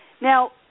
Now